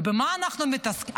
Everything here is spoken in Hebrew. ובמה אנחנו מתעסקים?